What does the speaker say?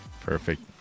perfect